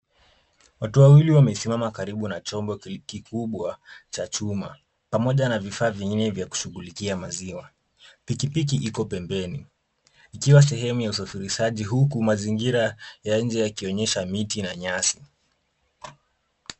Watu wawili wamesimama karibu na chombo kikubwa cha chuma pamoja na vifaa vingine vya kushughulikia maziwa. Pikipiki iko pembeni ikiwa sehemu ya usafirishaji huku mazingira ya nje yakionyesha miti na nyasi.